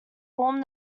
formed